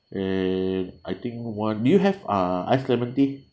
and I think one do you have uh iced lemon tea